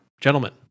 gentlemen